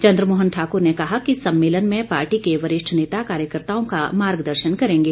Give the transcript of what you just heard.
चंद्र मोहन ठाकुर ने कहा कि सम्मेलन में पार्टी के वरिष्ठ नेता कार्यकर्ताओं का मार्गदर्शन करेंगे